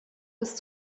ist